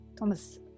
Thomas